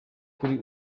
kuri